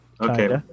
Okay